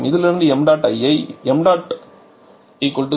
இதிலிருந்து ṁ ஐ ṁ 0